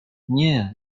nie